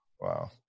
Wow